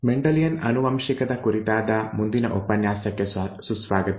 Mendelian ಆನುವಂಶಿಕ ಕುರಿತಾದ ಮುಂದಿನ ಉಪನ್ಯಾಸಕ್ಕೆ ಸುಸ್ವಾಗತ